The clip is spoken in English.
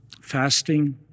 fasting